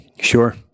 sure